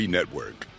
Network